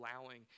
allowing